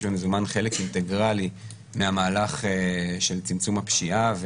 במזומן חלק אינטגרלי מהמהלך של צמצום הפשיעה,